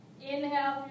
Inhale